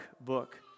book